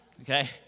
Okay